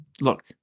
look